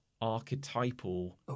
archetypal